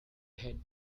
had